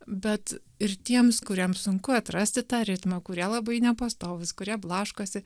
bet ir tiems kuriems sunku atrasti tą ritmą kurie labai nepastovūs kurie blaškosi